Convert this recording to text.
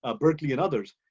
ah berkeley and others.